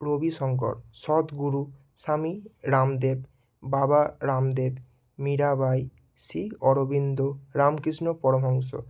Ravishankar Sadguru Swami Ramdev Baba Ramdev Mirabai Shri Aurobindo Ramakrishna Paramahamsa